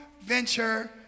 venture